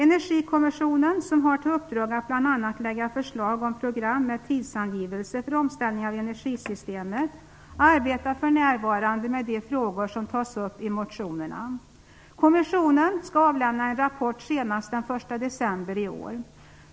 Energikommissionen, som har till uppdrag att bl.a. lägga fram förslag om program med tidsangivelser för omställningen av energisystemet, arbetar för närvarande med de frågor som tas upp i motionerna. Kommissionen skall avlämna en rapport senast den 1 december i år.